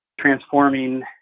transforming